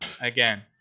again